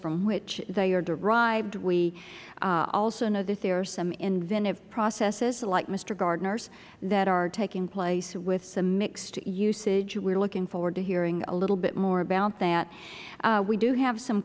from which they are derived we also know that there are some inventive processes like mister gardener's that are taking place with some mixed usage we are looking forward to hearing a little bit more about that we do have some